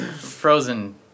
Frozen